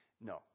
No